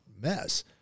mess